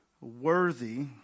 worthy